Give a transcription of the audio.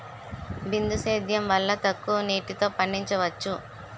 బిందు సేద్యం వల్ల తక్కువ నీటితో పండించవచ్చు